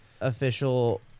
official